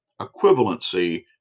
equivalency